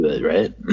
Right